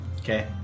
Okay